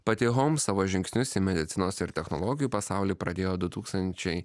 pati homs savo žingsnius į medicinos ir technologijų pasaulį pradėjo du tūkstančiai